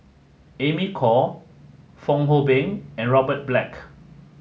Amy Khor Fong Hoe Beng and Robert Black